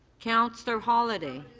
councillor holyday.